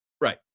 Right